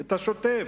את השוטף.